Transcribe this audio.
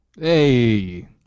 Hey